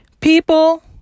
people